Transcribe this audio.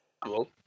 cool